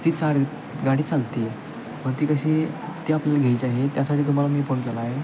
ती चाल गाडी चालते आहे मग ती कशी ती आपल्याला घ्यायची आहे त्यासाठी तुम्हाला मी फोन केला आहे